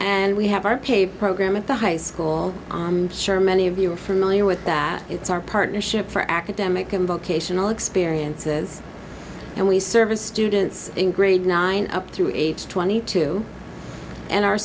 and we have our pay program at the high school sure many of you are familiar with that it's our partnership for academic and vocational experiences and we service students in grade nine up through age twenty two and our